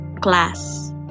class